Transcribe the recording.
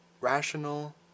Rational